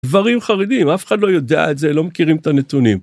דברים חרדים, אף אחד לא יודע את זה, לא מכירים את הנתונים.